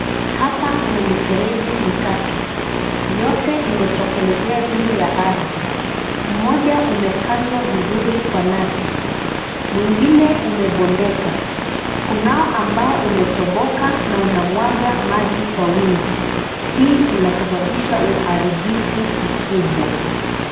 Hapa kuna mifereji mitatu. Yote imetokelezea juu ya ardhi. Mmoja umekazwa vizuri kwa nati. Mwingine umebondeka. Kunao ambao umetoboka na unamwaga maji kwa wingi. Hii inasababisha uharibifu mkubwa.